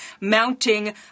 mounting